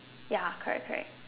ya correct correct